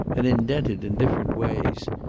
and indented in different ways.